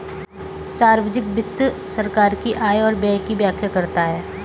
सार्वजिक वित्त सरकार की आय और व्यय की व्याख्या करता है